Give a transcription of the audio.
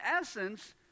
essence